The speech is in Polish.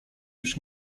już